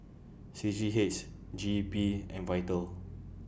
C G H G E P and Vital